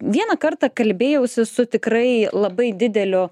vieną kartą kalbėjausi su tikrai labai dideliu